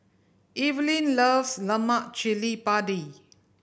Evelin loves lemak cili padi